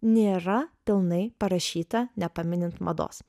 nėra pilnai parašyta nepaminint mados